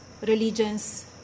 religions